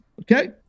okay